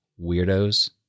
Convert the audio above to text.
weirdos